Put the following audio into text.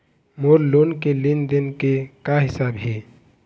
मोर loan के लेन देन के का हिसाब हे?